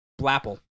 Blapple